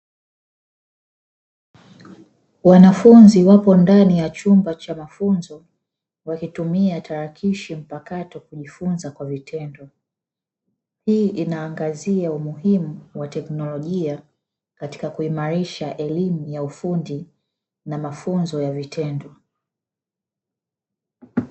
Wanafunzi wapo ndani ya chumba cha mafunzo wakitumia tarakishi mpakato kujifunza kwa vitendo, hii inaangazia umuhimu wa teknolojia katika kuimarisha elimu ya ufundi na mafunzo ya vitendo.